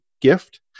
gift